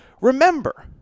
remember